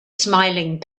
smiling